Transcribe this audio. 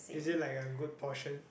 is it like a good portion